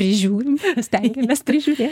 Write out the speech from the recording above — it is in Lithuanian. prižiūrim stengiamės prižiūrėt